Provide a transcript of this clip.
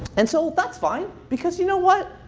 and so that's fine, because you know what?